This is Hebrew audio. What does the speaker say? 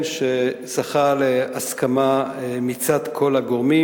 באופן שזכה להסכמה מצד כל הגורמים,